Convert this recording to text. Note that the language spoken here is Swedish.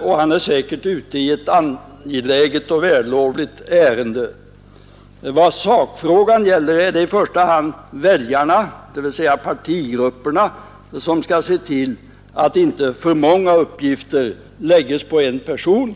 och han är säkert ute i ett angeläget och vällovligt ärende. Vad gäller sakfrågan är det i första hand väljarna, dvs. partigrupperna, som skall se till att inte för många uppgifter lägges på en person.